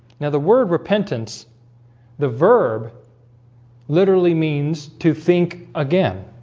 now the word repentance the verb literally means to think again